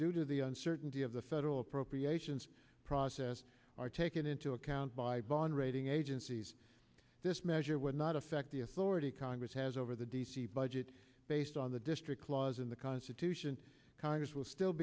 due to the uncertainty of the federal appropriations process are taken into account by bond rating agencies this measure would not affect the authority congress has over the d c budget based on the district clause in the constitution congress will still